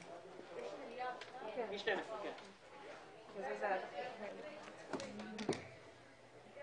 12:00.